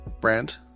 brand